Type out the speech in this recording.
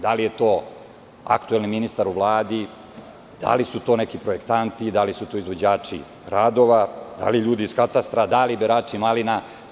Da li je to aktuelni ministar u Vladi, da li su to neki projektanti, da li su to izvođači radova, da li ljudi iz katastra, da li berači malina?